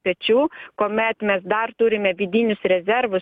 pečių kuomet mes dar turime vidinius rezervus